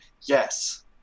Yes